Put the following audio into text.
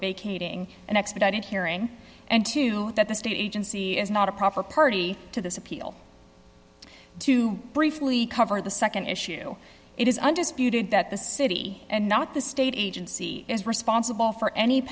vacating an expedited hearing and two that the state agency is not a proper party to this appeal to briefly covered the nd issue it is undisputed that the city and not the state agency is responsible for any